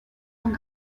von